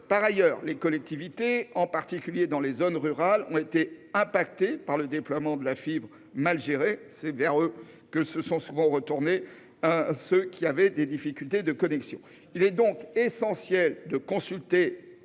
Par ailleurs, les collectivités, en particulier dans les zones rurales, ont été affectées par la mauvaise gestion du déploiement de la fibre, car c'est vers elles que se sont souvent tournés ceux qui ont rencontré des difficultés de connexion. Il est donc essentiel de consulter